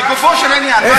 שמענו אותך.